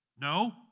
No